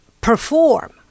perform